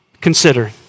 consider